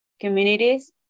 communities